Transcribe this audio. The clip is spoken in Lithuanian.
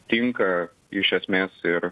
tinka iš esmės ir